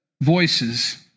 voices